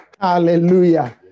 Hallelujah